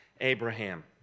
Abraham